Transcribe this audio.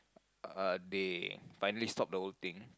uh they finally stopped the whole thing